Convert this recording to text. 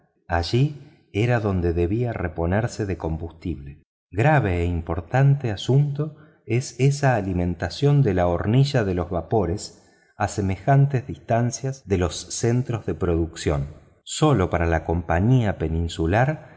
allí era donde debía reponerse de combustible grave e importante asunto es esa alimentación de la hornilla de los vapores a semejantes distancias de los centros de producción sólo para la compañía peninsular